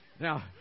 Now